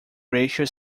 racial